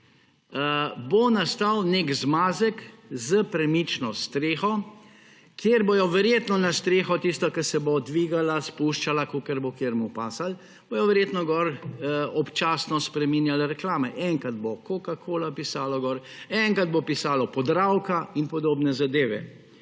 bo nastal nek zmazek s premično streho, kjer bodo verjetno na streho, tisto, ki se bo dvigala, spuščala, kakor bo komu odgovarjalo, bodo verjetno gor občasno spreminjali reklame. Enkrat bo Coca-Cola pisalo gor, enkrat bo pisalo Podravka in podobne zadeve.